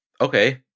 Okay